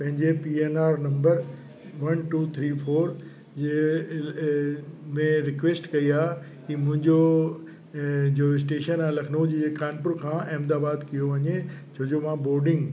पंहिंजे P N R number one two three four जे में रिक्वैस्ट कई आहे कि मुंहिंजो जो स्टेशन आहे लखनऊ जी जॻह कानपुर खां अहमदाबाद कीअं वञे छो जे मां बोर्डिंग